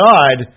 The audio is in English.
God